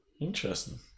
Interesting